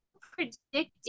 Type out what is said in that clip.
predicting